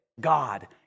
God